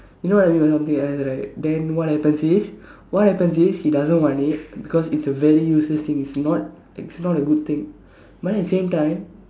you know what I mean by something else right then what happens is what happens is he doesn't want it because it's a very useless thing it's not it's not a good thing but then at the same time